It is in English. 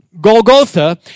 Golgotha